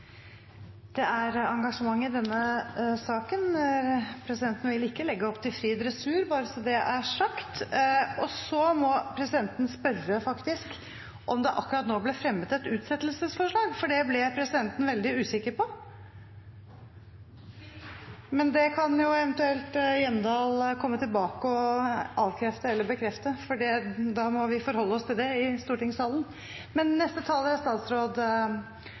Det er engasjement i denne saken. Presidenten vil ikke legge opp til fri dressur – bare så det er sagt. Så må presidenten spørre, faktisk, om det akkurat nå ble fremmet et utsettelsesforslag, for det ble presidenten veldig usikker på. Men det kan eventuelt Hjemdal komme tilbake og avkrefte eller bekrefte, for da må vi forholde oss til det i stortingssalen.